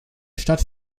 stadt